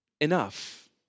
enough